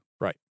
Right